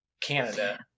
Canada